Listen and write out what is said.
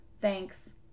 thanks